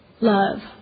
love